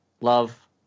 love